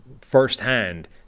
firsthand